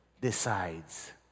decides